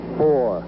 four